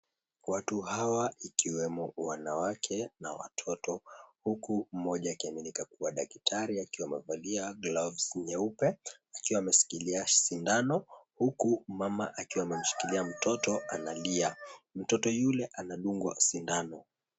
Watu hawa, ikiwemo wanawake na watoto, huku mmoja akiaminika kua daktari, akiwa amevalia gloves nyeupe, akiwa ameshikilia sindano huku mama akiwa amemshikilia mtoto analia. Mtoto yule anadungwa sindano.